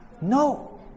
No